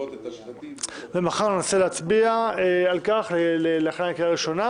מחר ננסה להצביע על כך לקריאה ראשונה